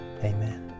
Amen